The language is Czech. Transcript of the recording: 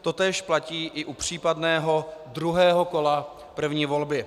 Totéž platí i u případného druhého kola první volby.